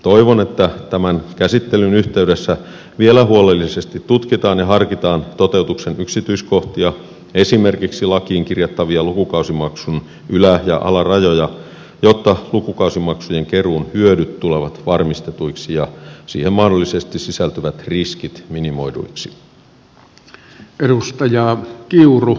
toivon että tämän käsittelyn yhteydessä vielä huolellisesti tutkitaan ja harkitaan toteutuksen yksityiskohtia esimerkiksi lakiin kirjattavia lukukausimaksun ylä ja alarajoja jotta lukukausimaksujen keruun hyödyt tulevat varmistetuiksi ja siihen mahdollisesti sisältyvät riskit minimoiduiksi